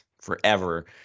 forever